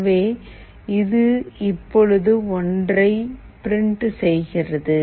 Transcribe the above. எனவே இது இப்போது ஒன்றை பிரிண்ட் செய்கிறது